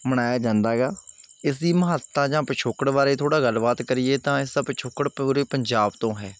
ਮਨਾਇਆ ਜਾਂਦਾ ਹੈਗਾ ਇਸ ਦੀ ਮਹੱਤਤਾ ਜਾਂ ਪਿਛੋਕੜ ਬਾਰੇ ਥੋੜ੍ਹਾ ਗੱਲਬਾਤ ਕਰੀਏ ਤਾਂ ਇਸ ਦਾ ਪਿਛੋਕੜ ਪੂਰੇ ਪੰਜਾਬ ਤੋਂ ਹੈ